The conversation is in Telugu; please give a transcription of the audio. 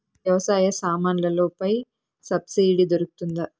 వ్యవసాయ సామాన్లలో పై సబ్సిడి దొరుకుతుందా?